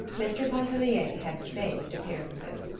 mr. pontellier had saved appearances!